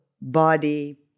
body